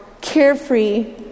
carefree